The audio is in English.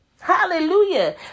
hallelujah